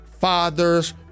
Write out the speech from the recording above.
fathers